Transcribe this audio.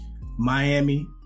Miami